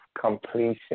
completion